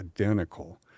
identical